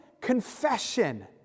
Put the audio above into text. confession